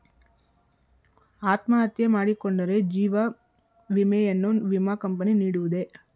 ಅತ್ಮಹತ್ಯೆ ಮಾಡಿಕೊಂಡರೆ ಜೀವ ವಿಮೆಯನ್ನು ವಿಮಾ ಕಂಪನಿ ನೀಡುವುದೇ?